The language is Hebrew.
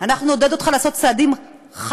אנחנו נעודד אותך לעשות צעדים חשובים,